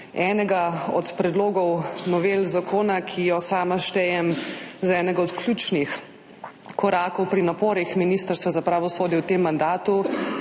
enega od predlogov novel zakona, ki ga sama štejem za enega od ključnih korakov pri naporih Ministrstva za pravosodje v tem mandatu,